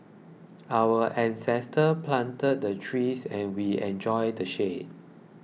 our ancestors planted the trees and we enjoy the shade